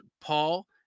Paul